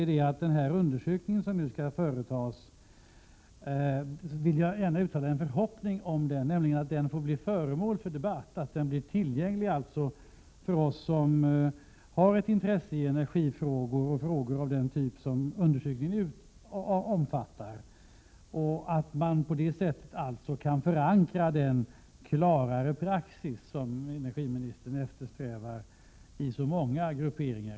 Jag hoppas att den undersökning som nu skall företas blir föremål för debatt och tillgänglig för oss som har ett intresse för energifrågorna och frågor av den typ som undersökningen omfattar, så att man på så sätt hos så många grupperingar i samhället som möjligt kan förankra den klarare praxis som energiministern eftersträvar.